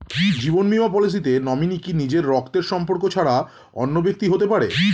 জীবন বীমা পলিসিতে নমিনি কি নিজের রক্তের সম্পর্ক ছাড়া অন্য ব্যক্তি হতে পারে?